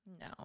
No